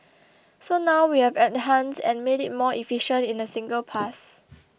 so now we have enhanced and made it more efficient in a single pass